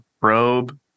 robe